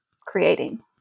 creating